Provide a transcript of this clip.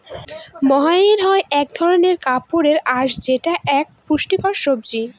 মহাইর হয় এক ধরনের কাপড়ের আঁশ যেটা এক পুষ্টিকর সবজি